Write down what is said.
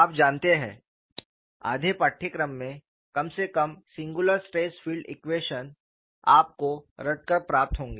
आप जानते हैं आधे पाठ्यक्रम में कम से कम सिंगुलर स्ट्रेस फील्ड इक्वेशंस आपको रटकर प्राप्त होंगे